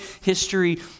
History